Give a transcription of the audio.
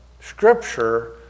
Scripture